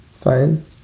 Fine